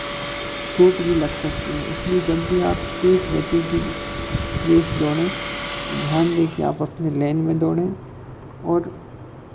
चोट भी लग सकती है इसलिए जब भी आप तेज़ गति की रेस दौड़ें तो ध्यान दें कि आप अपने लेन में दौड़ें और